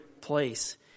place